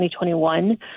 2021